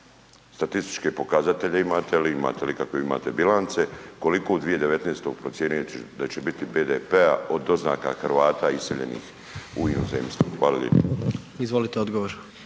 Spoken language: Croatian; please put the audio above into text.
statističke pokazatelje imate li, imate li ikakve, imate bilance, koliko u 2019. procjenjujete da će biti BDP-a od doznaka Hrvata iseljenih u inozemstvo? Hvala lijepo.